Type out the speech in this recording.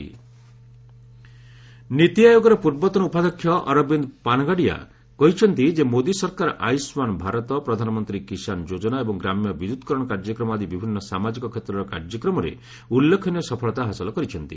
Panagariya government scheme ନୀତିଆୟୋଗର ପୂର୍ବତନ ଉପାଧ୍ୟକ୍ଷ ଅରବିନ୍ଦ ପାନଗାଡିଆ କହିଚ୍ଚନ୍ତି ଯେ ମୋଦି ସରକାର ଆୟୁଷ୍ମାନ ଭାରତ ପ୍ରଧାନମନ୍ତ୍ରୀ କିଷାନ ଯୋଜନା ଏବଂ ଗ୍ରାମ୍ୟ ବିଦ୍ୟୁତ୍କରଣ କାର୍ଯ୍ୟକ୍ରମ ଆଦି ବିଭିନ୍ନ ସାମାଜିକ କ୍ଷେତ୍ରର କାର୍ଯ୍ୟକ୍ରମରେ ଉଲ୍ଲେଖନୀୟ ସଫଳତା ହାସଲ କରିଛନ୍ତି